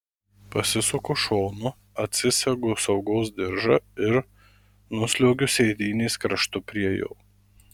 pasisuku šonu atsisegu saugos diržą ir nusliuogiu sėdynės kraštu prie jo